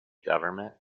government